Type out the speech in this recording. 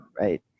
right